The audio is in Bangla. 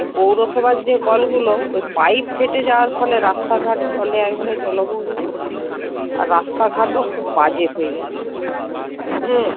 এই পৌরসভার যে কলগুলো ওই পাইপ ফেটে যাওয়ার ফলে রাস্তাঘাট জলে একবারে জলমগ্ন আর রাস্তাঘাটও খুব বাজে হয়ে যাচ্ছে হ্যাঁ